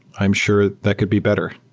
i'm sure that could be better.